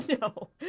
No